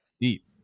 deep